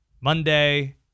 Monday